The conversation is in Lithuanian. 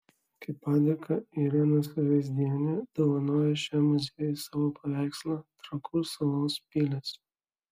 kaip padėką irena suveizdienė dovanojo šiam muziejui savo paveikslą trakų salos pilys